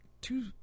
two